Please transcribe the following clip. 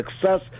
success